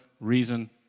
reason